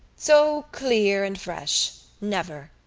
so clear and fresh, never.